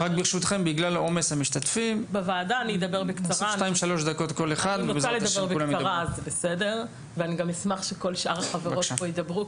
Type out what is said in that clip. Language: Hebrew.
אני אדבר בקצרה ואני אשמח שכל שאר החברות פה ידברו,